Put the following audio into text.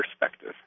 perspective